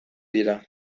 dira